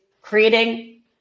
creating